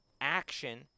action